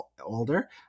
older